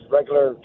regular